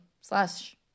slash